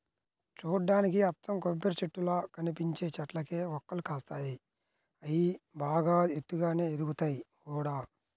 చూడ్డానికి అచ్చం కొబ్బరిచెట్టుల్లా కనిపించే చెట్లకే వక్కలు కాస్తాయి, అయ్యి బాగా ఎత్తుగానే ఎదుగుతయ్ గూడా